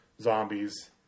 zombies